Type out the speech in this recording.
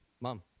mom